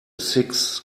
six